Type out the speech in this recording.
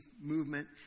movement